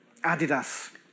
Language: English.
Adidas